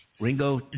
Ringo